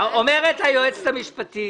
אומרת היועצת המשפטית,